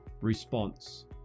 response